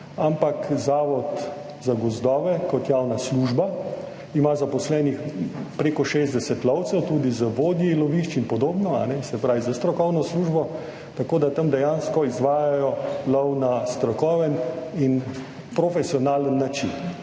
ampak Zavod za gozdove kot javna služba, ima zaposlenih preko 60 lovcev, tudi z vodji lovišč in podobno, se pravi, s strokovno službo, tako da tam dejansko izvajajo lov na strokoven in profesionalen način.